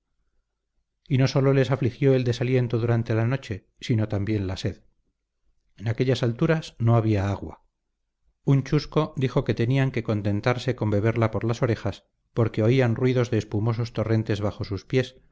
y no sólo les afligió el desaliento durante la noche sino también la sed en aquellas alturas no había agua un chusco dijo que tenían que contentarse con beberla por las orejas porque oían ruidos de espumosos torrentes bajo sus pies